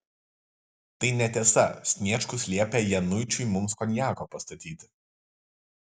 tai netiesa sniečkus liepė januičiui mums konjako pastatyti